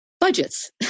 budgets